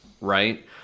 right